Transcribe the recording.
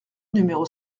numéro